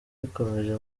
rikomeje